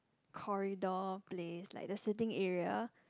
corridor place like the sitting area